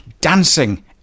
dancing